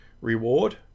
reward